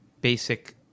basic